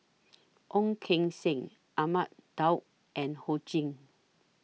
Ong Keng Sen Ahmad Daud and Ho Ching